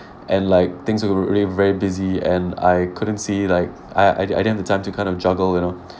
and like things were really very busy and I couldn't see like I I didn't have the time to kind of juggle and all